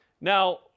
Now